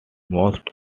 most